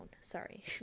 sorry